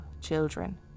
children